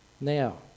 Now